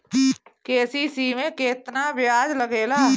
KCC में केतना ब्याज लगेला?